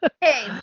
Hey